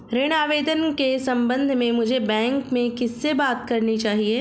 ऋण आवेदन के संबंध में मुझे बैंक में किससे बात करनी चाहिए?